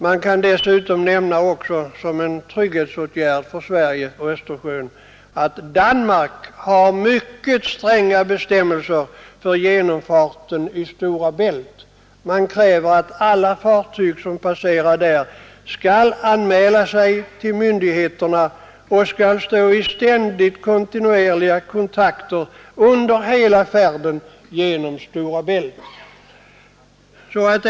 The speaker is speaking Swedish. Man kan dessutom också nämna som en trygghetsfråga för Sverige på Östersjön att Danmark har mycket stränga bestämmelser för genomfarten i Stora Bält. I Danmark krävs att alla fartyg som passerar där skall anmäla sig till myndigheterna och skall stå i kontinuerlig kontakt med dessa under hela färden genom Stora Bält.